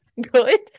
good